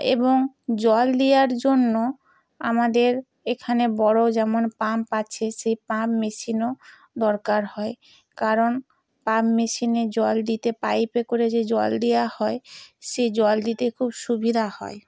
এবং জল নেওয়ার জন্য আমাদের এখানে বড় যেমন পাম্প আছে সেই পাম্প মেশিনও দরকার হয় কারণ পাম্প মেশিনে জল দিতে পাইপে করে যে জল দেওয়া হয় সে জল দিতে খুব সুবিধা হয়